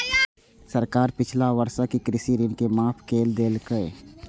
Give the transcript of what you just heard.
सरकार पिछला वर्षक कृषि ऋण के माफ कैर देलकैए